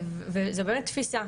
זה באמת תפיסה,